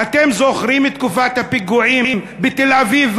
אתם זוכרים את תקופת הפיגועים בתל-אביב,